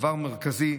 דבר מרכזי.